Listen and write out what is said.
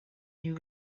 new